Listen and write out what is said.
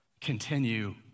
continue